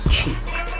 Cheeks